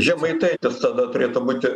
žemaitaitis tada turėtų būti